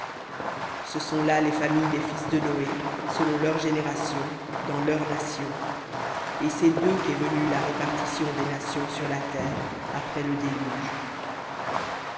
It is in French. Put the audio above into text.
ce sont là les familles des fils de noé selon leurs générations dans leurs nations et c'est d'eux qu'est venue la répartition des nations sur la terre après le déluge